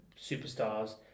superstars